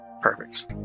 Perfect